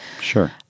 Sure